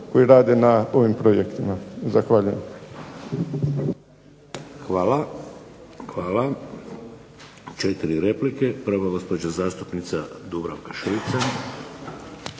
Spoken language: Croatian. koji rade na ovim projektima. Zahvaljujem. **Šeks, Vladimir (HDZ)** Hvala. Četiri replike. Prva, gospođa zastupnica Dubravka Šuica.